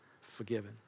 forgiven